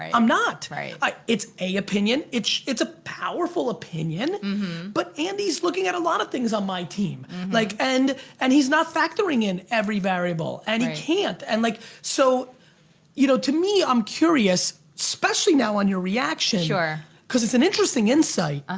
i'm not. it's a opinion, it's it's a powerful opinion but andy's looking at a lot of things on my team. like and and he's not factoring in every variable. and he can't. and like so you know to me i'm curious, especially now on your reaction, cause it's an interesting insight,